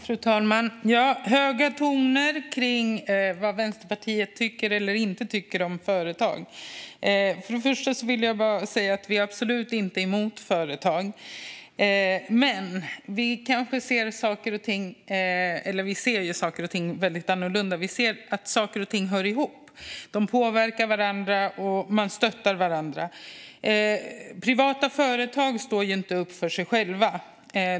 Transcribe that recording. Fru talman! Det är ett högt tonläge kring vad Vänsterpartiet tycker och inte tycker om företag. För det första vill jag säga att vi absolut inte är emot företag. Men vi ser annorlunda på saker och ting. Vi ser att saker och ting hör ihop. De påverkar varandra, och man stöttar varandra. Fru talman! För det andra står inte företag för sig själva.